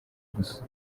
gusa